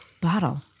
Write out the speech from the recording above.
bottle